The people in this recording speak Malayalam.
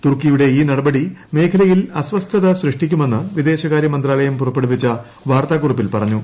തുർക്കിയുടെ ഈ നടപടി മേഖലയിൽ അസ്വസ്ഥത സൃഷ്ടിക്കുമെന്ന് വിദേശകാരൃ മന്ത്രാലയം പുറപ്പെടുവിച്ച വാർത്താക്കുറിപ്പിൽ പറഞ്ഞു